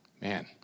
Man